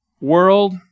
world